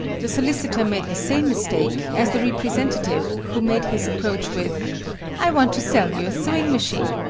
the solicitor made the same mistake as the representative who made his approach with i want to sell you a sewing machine.